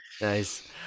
Nice